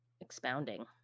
expounding